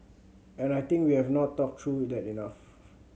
and I think we have not talked through that enough